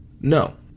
No